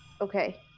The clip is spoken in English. Okay